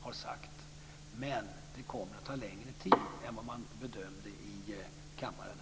har sagts i och med nollvisionen, men det kommer att ta längre tid än vad man bedömde här i kammaren.